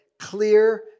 clear